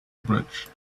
bridge